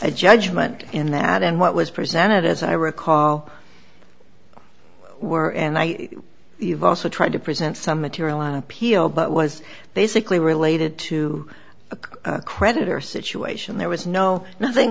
a judgment in that in what was presented as i recall were and i evolved to try to present some material on appeal but was basically related to a creditor situation there was no nothing